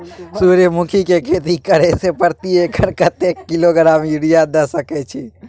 सूर्यमुखी के खेती करे से प्रति एकर कतेक किलोग्राम यूरिया द सके छी?